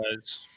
guys